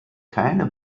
keine